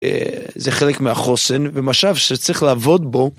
זה חלק מהחוסן ומשאב שצריך לעבוד בו.